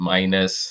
Minus